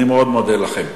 אני מאוד מודה לכם.